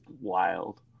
wild